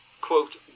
Quote